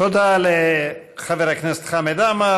תודה לחבר הכנסת חמד עמאר.